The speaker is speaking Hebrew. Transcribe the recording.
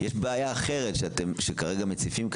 יש בעיה אחרת שכרגע אתם מציפים,